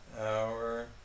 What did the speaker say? hour